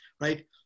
right